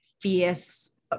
fierce